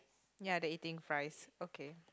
ya they eating fries okay